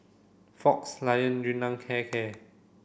Fox Lion Yun Nam Hair Care